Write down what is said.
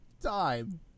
time